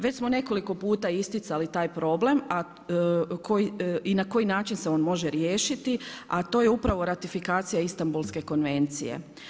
Već smo nekoliko puta isticali taj problem koji i na koji način se on može riješiti a to je upravo ratifikacija Istambulske konvencije.